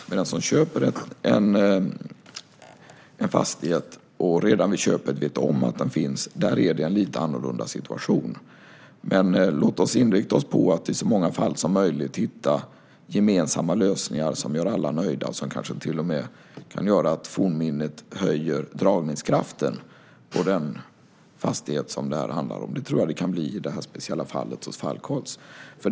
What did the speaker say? Men när någon köper en fastighet och redan vid köpet vet om att något sådant här finns är det en lite annorlunda situation. Men låt oss inrikta oss på att i så många fall som möjligt hitta gemensamma lösningar som gör alla nöjda och kanske till och med kan göra att fornminnet höjer dragningskraften till den fastighet som det här handlar om. Så tror jag att det kan bli i det speciella fallet hos Falkholts.